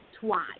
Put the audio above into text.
twice